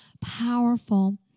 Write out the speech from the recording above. powerful